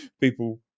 people